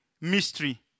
mystery